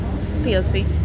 POC